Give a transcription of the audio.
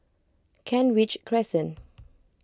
Kent Ridge Crescent